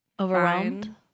Overwhelmed